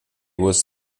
was